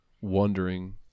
wondering